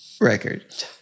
record